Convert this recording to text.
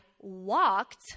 walked